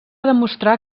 demostrar